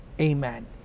Amen